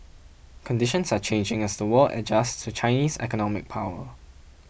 conditions are changing as the world adjusts to Chinese economic power